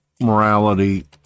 morality